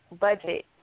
budget